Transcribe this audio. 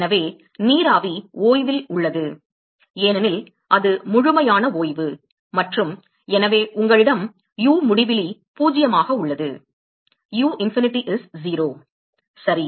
எனவே நீராவி ஓய்வில் உள்ளது ஏனெனில் அது முழுமையான ஓய்வு மற்றும் எனவே உங்களிடம் u முடிவிலி 0 ஆக உள்ளது சரி